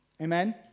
Amen